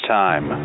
time